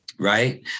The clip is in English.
Right